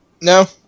No